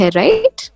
right